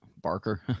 Barker